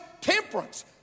temperance